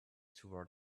toward